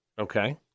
Okay